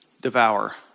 devour